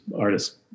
artists